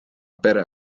pere